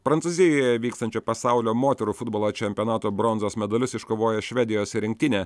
prancūzijoje vykstančio pasaulio moterų futbolo čempionato bronzos medalius iškovojo švedijos rinktinė